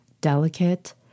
delicate